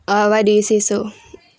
oh why do you say so